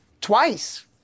Twice